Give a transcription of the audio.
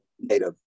native